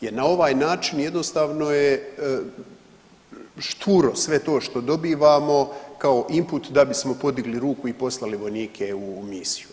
Jer na ovaj način jednostavno je šturo sve to što dobivamo kao input da bismo podigli ruku i poslali vojnike u misiju.